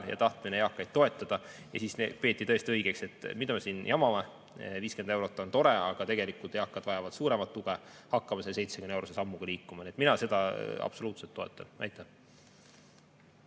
ja tahtmine eakaid toetada. Nii peeti tõesti õigeks, et mida me siin jamame, 50 eurot on tore, aga tegelikult eakad vajavad suuremat tuge, hakkame 70-eurose sammuga liikuma. Mina seda absoluutselt toetan. Aitäh,